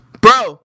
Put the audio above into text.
Bro